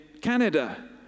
Canada